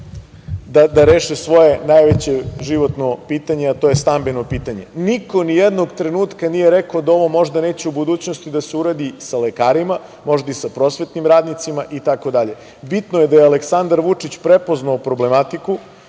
da reše svoje najveće životno pitanje, a to je stambeno pitanje. Niko, ni jednog trenutka nije rekao da ovo možda neće u budućnosti da se uradi sa lekarima, možda i sa prosvetnim radnicima i tako dalje. Bitno je, da je Aleksandar Vučić prepoznao problematiku,